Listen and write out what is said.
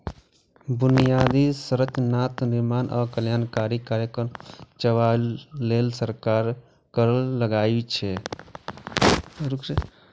बुनियादी संरचनाक निर्माण आ कल्याणकारी कार्यक्रम चलाबै लेल सरकार कर लगाबै छै